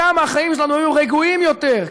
כמה החיים שלנו היו רגועים יותר,